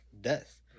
death